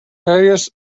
various